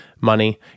money